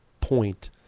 point